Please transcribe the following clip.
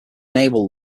naval